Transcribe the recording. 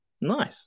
nice